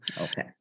Okay